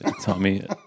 Tommy